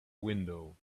window